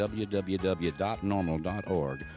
www.normal.org